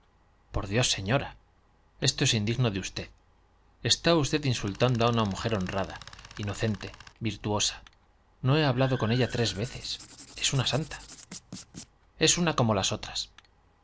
por dios señora esto es indigno de usted está usted insultando a una mujer honrada inocente virtuosa no he hablado con ella tres veces es una santa es una como las otras